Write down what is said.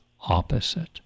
opposite